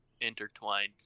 intertwined